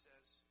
says